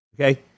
Okay